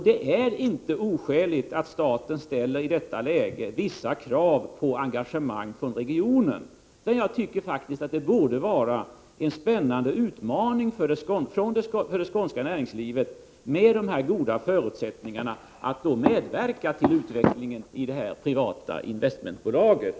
Det är inte oskäligt att staten i detta läge ställer vissa krav på regionalt engagemang. Det borde faktiskt vara en spännande utmaning för det skånska näringslivet, som ju har så goda förutsättningar, att medverka till utvecklingen av det aktuella privata investmentbolaget.